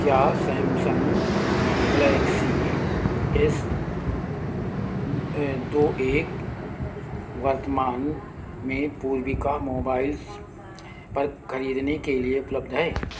क्या Samsung Galaxy S दो एक वर्तमान में पूर्विका मोबाइल्स पर खरीदने के लिए उपलब्ध है